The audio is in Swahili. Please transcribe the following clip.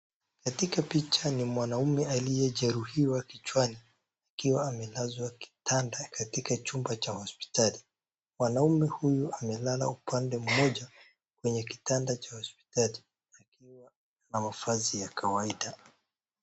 Katika picha ni mwanamume aliyejeruhiwa kichwani akiwa amelazwa kitanda katika chumba cha hospitali. Mwanamume huyu amelala upande mmoja kwenye kitanda cha hospitali akiwa na mavazi ya kawaida.